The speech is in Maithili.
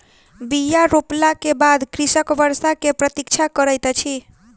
बीया रोपला के बाद कृषक वर्षा के प्रतीक्षा करैत अछि